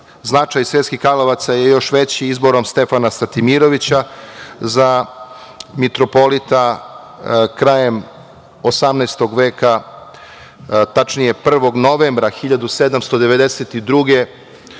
Sremskih Karlovaca je još veći izborom Stefana Stratimirovića za mitropolita krajem 18. veka, tačnije 1. novembra 1792.